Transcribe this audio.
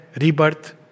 rebirth